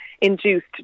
induced